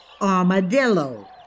Armadillo